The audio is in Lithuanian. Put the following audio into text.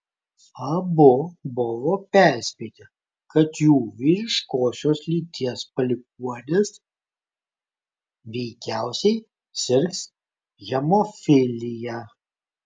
abu buvo perspėti kad jų vyriškosios lyties palikuonis veikiausiai sirgs hemofilija